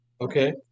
Okay